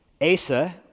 Asa